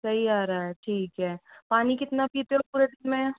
सही आ रहा है ठीक है पानी कितना पीते हो पूरे दिन में